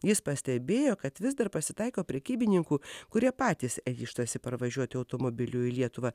jis pastebėjo kad vis dar pasitaiko prekybininkų kurie patys ryžtasi parvažiuoti automobiliu į lietuvą